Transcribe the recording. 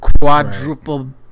Quadruple